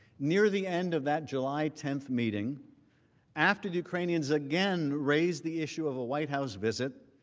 near the end of that july ten meeting after the ukrainians again raised the issue of a white house visit,